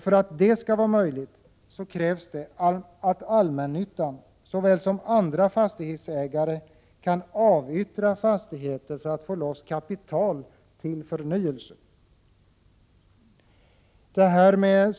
För att det skall vara möjligt krävs det att allmännyttan, såväl som andra fastighetsägare kan avyttra fastigheter för att få loss kapital till förnyelse.